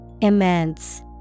immense